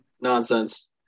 nonsense